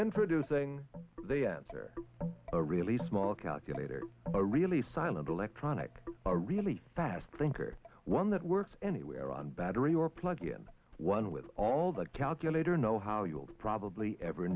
producing the answer a really small calculator a really silent electronic a really fast thinker one that works anywhere on battery or plug in one with all the calculator know how you'll probably ever